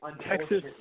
Texas